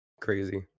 Crazy